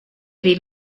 even